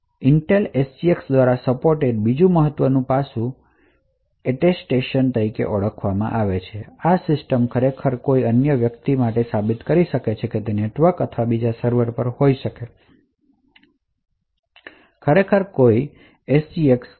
Intel SGX દ્વારા supported બીજું ખૂબ મહત્વનું પાસું એટેસ્ટેશન તરીકે ઓળખાતું કંઈક છે જ્યાં આ સિસ્ટમ ખરેખર કોઈ અન્ય વ્યક્તિ માટે સાબિત કરી શકે છે કે તે નેટવર્ક અથવા બીજા સર્વર પર હોઈ શકે છે જેની પાસે ખરેખર કોઈ ખાસ SGX છે